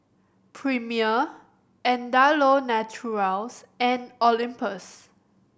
Premier Andalou Naturals and Olympus